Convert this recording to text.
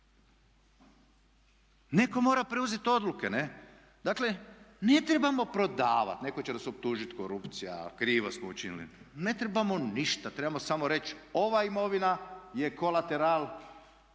Netko mora preuzet odluke, ne? Dakle, ne trebamo prodavati, netko će nas optužit korupcija, krivo smo učinili. Ne trebamo ništa, trebamo samo reći ova imovina je kolateral do